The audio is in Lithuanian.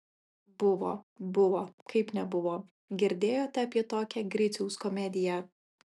buvo buvo kaip nebuvo girdėjote apie tokią griciaus komediją